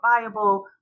viable